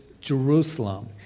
Jerusalem